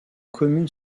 commune